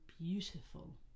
beautiful